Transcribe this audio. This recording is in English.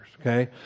okay